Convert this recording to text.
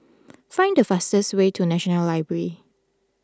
find the fastest way to National Library